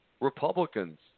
Republicans